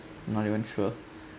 not even sure